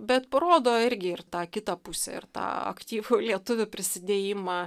bet parodo irgi ir tą kitą pusę ir tą aktyvų lietuvių prisidėjimą